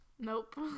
Nope